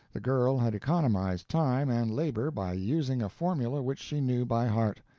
the girl had economized time and labor by using a formula which she knew by heart.